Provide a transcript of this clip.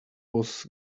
was